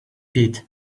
pit